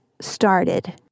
started